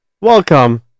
welcome